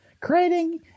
creating